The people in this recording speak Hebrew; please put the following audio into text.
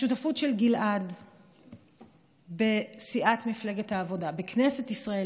השותפות של גלעד בסיעת מפלגת העבודה בכנסת ישראל,